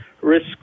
risks